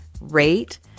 rate